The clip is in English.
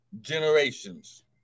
generations